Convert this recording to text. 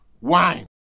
wine